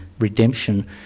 redemption